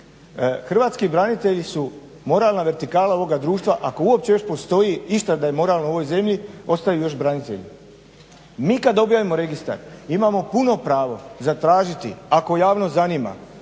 Hrvatski branitelji su moralna vertikala ovoga društva ako uopće još postoji išta da je moralno u ovoj zemlji ostaju još branitelji. Mi kad objavimo registar imamo puno pravo zatražiti ako javnost zanima